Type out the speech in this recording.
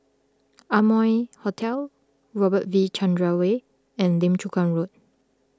Amoy Hotel Robert V Chandran Way and Lim Chu Kang Road